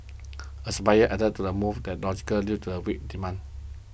a supplier added to the move that logical due to a weak demand